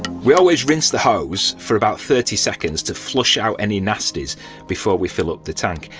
we always rinse the hose for about thirty second to flush out any nasties before we fill up the tank.